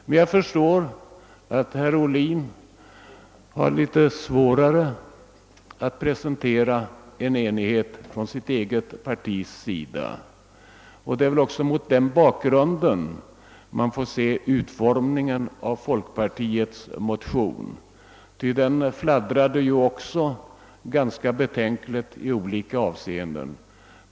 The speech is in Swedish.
Men jag förstår att herr Ohlin har litet svårare att presentera en enighet från sitt eget partis sida, och det är väl mot den bakgrunden som man får se utformningen av folkpartiets motion; den fladdrade nämligen också ganska betänkligt i olika avseenden.